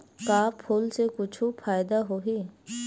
का फूल से कुछु फ़ायदा होही?